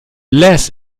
less